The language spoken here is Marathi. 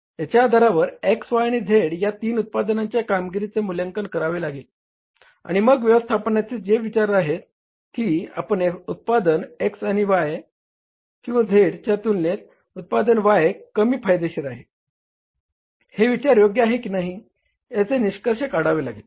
याच्या आधारावर X Y आणि Z या तीन उत्पादनांच्या कामगिरीचे मूल्यांकन करावे लागेल आणि मग व्यवस्थापनचे जे विचार आहेत की उत्पादन X आणि Z च्या तुलनेत उत्पादन Y कमी फायदेशीर आहे हे विचार योग्य आहे की नाही याचे निष्कर्ष काढावे लागेल